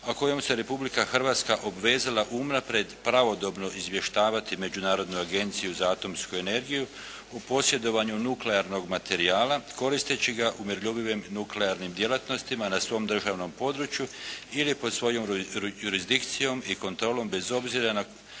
kojom se Republika Hrvatska obvezala unaprijed pravodobno izvještavati Međunarodnu agenciju za atomsku energiju o posjedovanju nuklearnog materijala koristeći ga u miroljubivim nuklearnim djelatnostima na svom državnom području ili pod svojom jurisdikcijom ili kontrolom bez obzira na